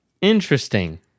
interesting